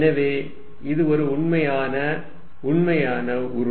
எனவே இது ஒரு உண்மையான உண்மையான உரு